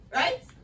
right